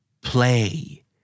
Play